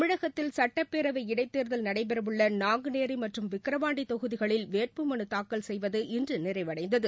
தமிழகத்தில் சுட்டப்பேரவை இடைத்தேர்தல் நடைபெறவுள்ள நாங்குநேரி மற்றும் விக்ரவாண்டி தொகுதிகளில் வேட்புமனு தாக்கல் செய்வது இன்று நிறைவடைந்தது